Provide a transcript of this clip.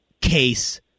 case